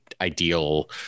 ideal